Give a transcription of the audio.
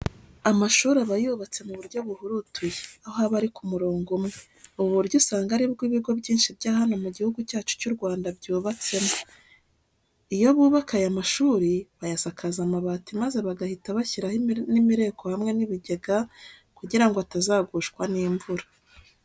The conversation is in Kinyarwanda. Amashuri aba yubatswe mu buryo buhurutuye, aho aba ari ku murongo umwe. Ubu buryo usanga ari byo ibigo byinshi bya hano mu gihugu cyacu cy'u Rwanda byubatsemo. Iyo bubaka aya mashuri, bayasakaza amabati maze bagahita bashyiraho n'imireko hamwe n'ibigega kugira ngo atazagushwa n'imvura.